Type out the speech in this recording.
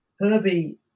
Herbie